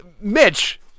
Mitch